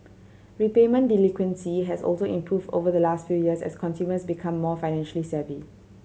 repayment delinquency has also improved over the last few years as consumers become more financially savvy